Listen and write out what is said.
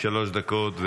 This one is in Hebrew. שלוש דקות.